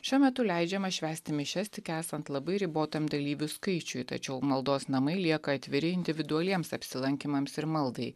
šiuo metu leidžiama švęsti mišias tik esant labai ribotam dalyvių skaičiui tačiau maldos namai lieka atviri individualiems apsilankymams ir maldai